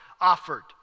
offered